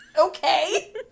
Okay